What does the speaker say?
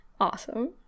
Awesome